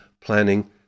planning